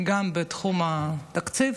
גם בתחום התקציב,